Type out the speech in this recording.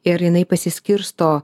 ir jinai pasiskirsto